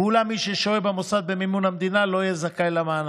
אולם מי ששוהה במוסד במימון המדינה לא יהיה זכאי למענק.